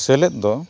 ᱥᱮᱞᱮᱫ ᱫᱚ